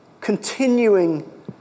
continuing